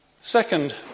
Second